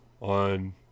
on